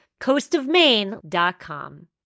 coastofmaine.com